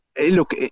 look